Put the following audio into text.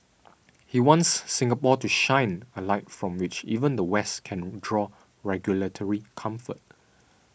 he wants Singapore to shine a light from which even the West can draw regulatory comfort